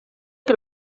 que